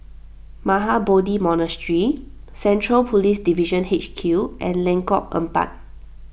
Mahabodhi Monastery Central Police Division H Q and Lengkok Empat